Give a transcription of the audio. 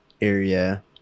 area